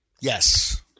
Yes